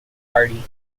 hardy